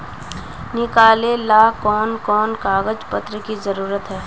निकाले ला कोन कोन कागज पत्र की जरूरत है?